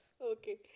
okay